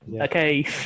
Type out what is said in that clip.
Okay